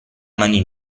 mani